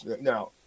now